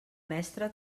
mestre